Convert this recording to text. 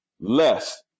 less